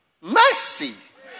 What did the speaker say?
Mercy